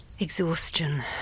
Exhaustion